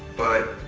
but,